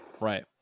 right